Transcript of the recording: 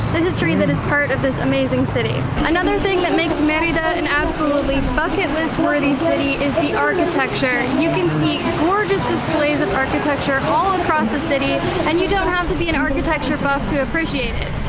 the history and that is part of this amazing city. another thing that makes merida an absolutely bucket list worthy city is the architecture. you can see gorgeous displays of architecture all across the city and you don't have to be an architecture buff to appreciate it.